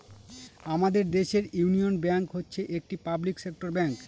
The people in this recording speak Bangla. আমাদের দেশের ইউনিয়ন ব্যাঙ্ক হচ্ছে একটি পাবলিক সেক্টর ব্যাঙ্ক